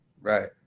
Right